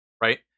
right